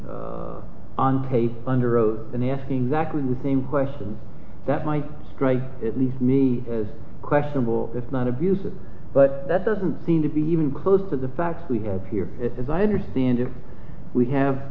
oath and asking zach with the same question that might strike at least me as questionable if not abusive but that doesn't seem to be even close to the facts we have here it as i understand it we have